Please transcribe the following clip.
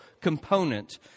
component